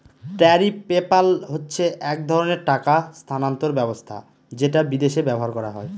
tariff PayPal হচ্ছে এক ধরনের টাকা স্থানান্তর ব্যবস্থা যেটা বিদেশে ব্যবহার করা হয়